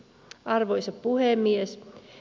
arvoisa puhemies